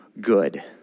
good